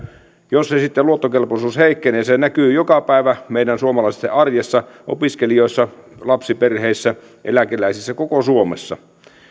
jos sitten se luottokelpoisuus heikkenee se näkyy joka päivä meidän suomalaisten arjessa opiskelijoissa lapsiperheissä eläkeläisissä koko suomessa